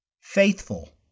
Faithful